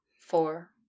Four